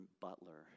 butler